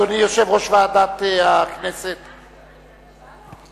אדוני יושב-ראש ועדת הכנסת, בבקשה.